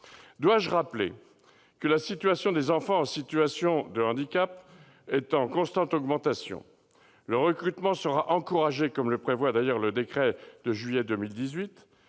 Dois-je rappeler que le nombre des enfants en situation de handicap est en constante augmentation ? Le recrutement sera encouragé, comme le prévoit le décret de juillet 2018.